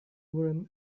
urim